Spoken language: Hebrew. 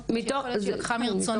--- שיכול להיות שהיא לקחה מרצונה.